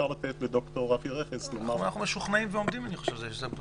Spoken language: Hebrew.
אנחנו משוכנעים, אני חושב.